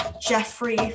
Jeffrey